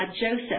joseph